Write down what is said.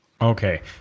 okay